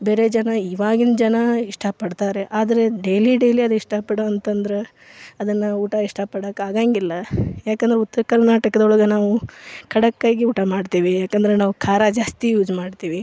ಬೇರೆ ಜನ ಇವಾಗಿನ ಜನ ಇಷ್ಟ ಪಡ್ತಾರೆ ಆದರೆ ಡೈಲಿ ಡೈಲಿ ಅದು ಇಷ್ಟ ಪಡು ಅಂತ ಅಂದ್ರೆ ಅದನ್ನು ಊಟ ಇಷ್ಟ ಪಡಕ್ಕೆ ಆಗೋಂಗಿಲ್ಲ ಯಾಕಂದರೆ ಉತ್ತರ ಕರ್ನಾಟಕದೊಳಗೆ ನಾವು ಖಡಕ್ ಆಗಿ ಊಟ ಮಾಡ್ತೀವಿ ಯಾಕಂದರೆ ನಾವು ಖಾರ ಜಾಸ್ತಿ ಯೂಸ್ ಮಾಡ್ತೀವಿ